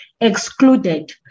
excluded